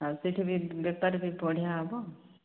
ହଁ ସେଠି ବି ବେପାର ବି ବଢ଼ିଆ ହେବ